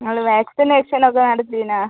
നിങ്ങള് വാക്സിനേഷൻ ഒക്കെ നടത്തിനാ